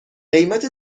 قیمت